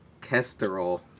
Kesterol